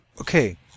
okay